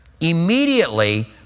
Immediately